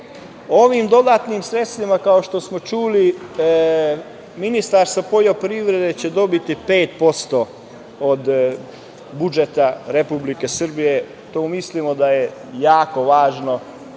Ovim dodatnim sredstvima kao što smo čuli Ministarstvo poljoprivrede će dobiti 5% od budžeta Republike Srbije. Mislimo da je jako važno